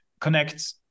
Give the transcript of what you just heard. connect